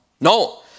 no